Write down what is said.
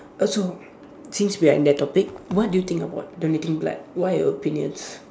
also since we are in that topic what do you think about donating blood what are your opinions